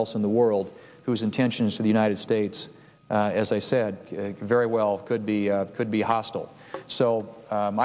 else in the world whose intentions for the united states as i said very well could be could be hostile so